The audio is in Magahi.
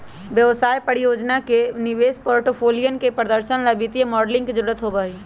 व्यवसाय, परियोजना, निवेश के पोर्टफोलियन के प्रदर्शन ला वित्तीय मॉडलिंग के जरुरत होबा हई